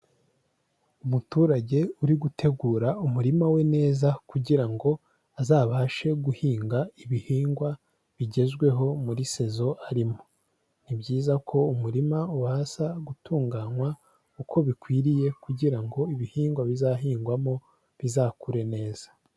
Umuturage uri gutegura umurima we neza kugirango azabashe guhinga ibihingwa bigezweho muri sezo arimo, ni byiza ko umurima ubanza gutunganywa uko bikwiriye kugira ngo ibihingwa bizahingwamo bizakure neza.